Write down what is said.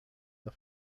der